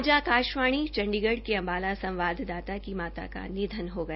आज आकाशवाणी चंडीगढ़ के अम्बाला संवाददाता की माता का निधन हो गया